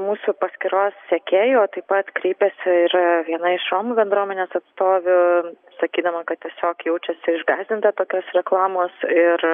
mūsų paskyros sekėjų o taip pat kreipėsi ir viena iš romų bendruomenės atstovių sakydama kad tiesiog jaučiasi išgąsdinta tokios reklamos ir